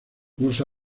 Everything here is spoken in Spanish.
usa